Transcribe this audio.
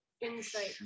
Insight